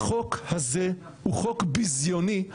החוק הזה הוא חוק בזיוני,